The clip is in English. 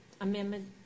amendment